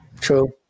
True